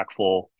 impactful